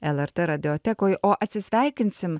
lrt radijotekoj o atsisveikinsim